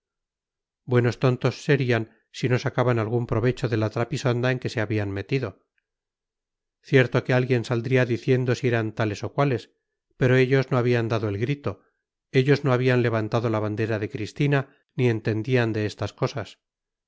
buenos tontos serían si no sacaban algún provecho de la trapisonda en que se habían metido cierto que alguien saldría diciendo si eran tales o cuales pero ellos no habían dado el grito ellos no habían levantado la bandera de cristina ni entendían de estas cosas